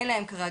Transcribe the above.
אין להן כרגע,